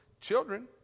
children